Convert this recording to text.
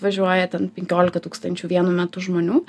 važiuojate ten penkiolika tūkstančių vienu metu žmonių